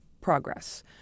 progress